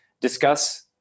discuss